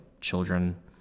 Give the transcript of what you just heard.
children